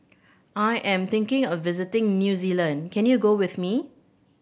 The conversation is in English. I am thinking of visiting New Zealand can you go with me